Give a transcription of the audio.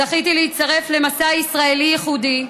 זכיתי להצטרף למסע ישראלי ייחודי,